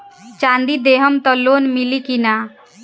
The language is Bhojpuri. चाँदी देहम त लोन मिली की ना?